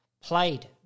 played